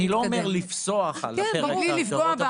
אני לא אומר לפסוח על פרק ההגדרות,